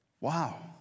Wow